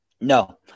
No